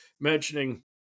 mentioning